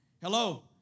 Hello